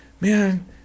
man